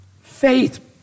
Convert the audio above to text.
faith